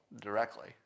directly